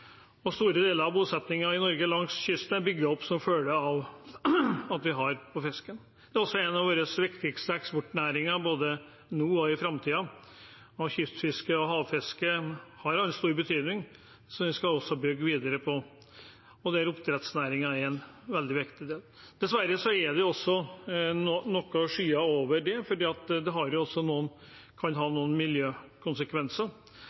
Store deler av bosettingen langs kysten i Norge er bygd opp som følge av at vi har fisken. Det er også en av våre viktigste eksportnæringer både nå og i framtiden. Kystfisket og havfisket har hatt stor betydning, det skal vi også bygge videre på, og der er oppdrettsnæringen veldig viktig. Dessverre er det også noen skyer over dette, for det kan ha noen miljøkonsekvenser. Venstre har over lang tid vært påpasselig og påpekt at oppdrettsnæringen også